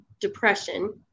depression